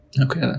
Okay